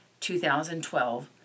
2012